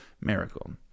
miracle